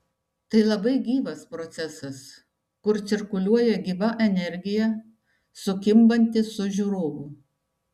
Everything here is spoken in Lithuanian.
tai labai gyvas procesas kur cirkuliuoja gyva energija sukimbanti su žiūrovu